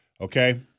Okay